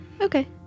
Okay